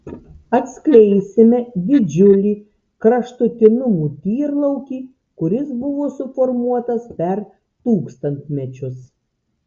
atskleisime didžiulį kraštutinumų tyrlaukį kuris buvo suformuotas per tūkstantmečius